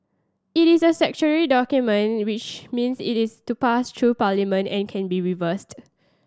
it is a statutory document which means it is to pass through Parliament and can be revised